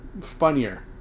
Funnier